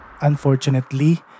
Unfortunately